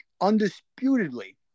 undisputedly